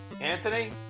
Anthony